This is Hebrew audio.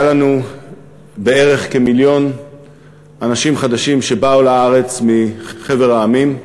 לנו כמיליון אנשים חדשים שבאו לארץ מחבר המדינות.